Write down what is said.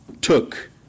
took